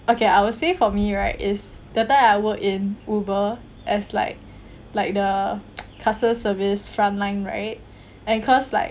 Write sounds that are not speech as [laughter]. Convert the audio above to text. okay I would say for me right is the time I work in uber as like like the [noise] customer service front line right and cause like